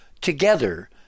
together